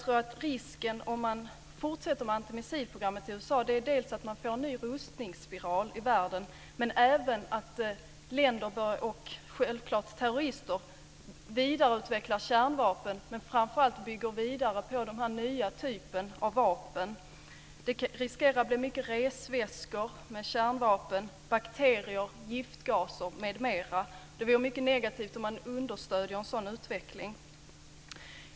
Risken om man fortsätter med antimissilprogrammet i USA är dels att vi får en ny rustningsspiral i världen, dels att länder, och självklart även terrorister, vidareutvecklar kärnvapen - men framför allt bygger vidare på den här nya typen av vapen. Det riskerar att bli mycket resväskor med kärnvapen, bakterier, giftgaser m.m. Det vore mycket negativt om man understöder en sådan utveckling.